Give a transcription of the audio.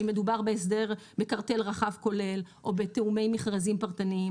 אם מדובר בקרטל רחב כולל או בתיאומי מכרזים פרטניים.